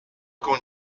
con